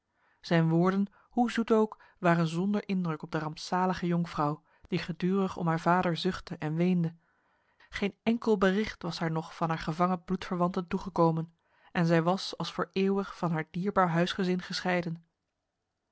zijn woorden hoe zoet ook waren zonder indruk op de rampzalige jonkvrouw die gedurig om haar vader zuchtte en weende geen enkel bericht was haar nog van haar gevangen bloedverwanten toegekomen en zij was als voor eeuwig van haar dierbaar huisgezin gescheiden